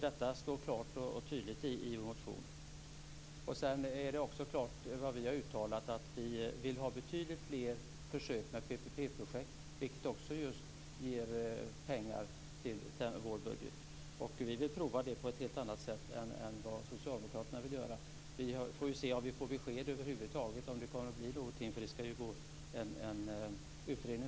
Detta står klart och tydligt i vår motion. Vi har uttalat att vi vill ha betydligt fler försök med PPP-projekt. Det vill vi också ge pengar till i denna vårbudget. Vi vill prova detta på ett helt annat sätt än vad socialdemokraterna vill göra. Vi får se om vi får besked om det över huvud taget blir någonting. Det ska ju först tillsättas en utredning.